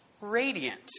Radiant